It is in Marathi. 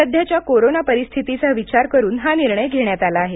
सध्याच्या कोरोना परिस्थितीचा विचार करून हा निर्णय घेण्यात आला आहे